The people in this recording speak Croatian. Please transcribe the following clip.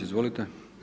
Izvolite.